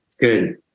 good